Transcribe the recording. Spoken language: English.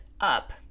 up